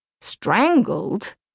Strangled